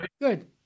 Good